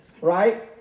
right